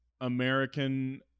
American